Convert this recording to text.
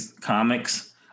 comics